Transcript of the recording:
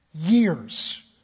years